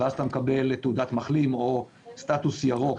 ואז אתה מקבל תעודת מחלים או סטטוס ירוק